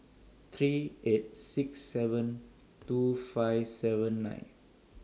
three eight six seven two five seven nine